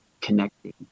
connecting